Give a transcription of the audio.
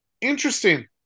Interesting